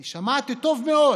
אני שמעתי טוב מאוד